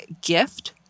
gift